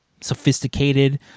sophisticated